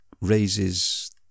raises